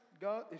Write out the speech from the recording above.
God